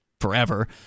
forever